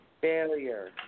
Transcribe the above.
failure